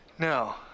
No